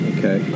Okay